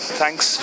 thanks